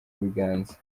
biganza